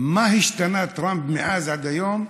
מה השתנה טראמפ מאז עד היום?